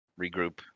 regroup